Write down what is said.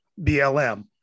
BLM